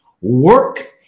work